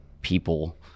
people